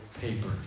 paper